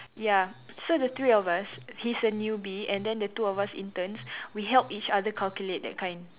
ya so the three of us he's a newbie and then the two of us interns we help each other calculate that kind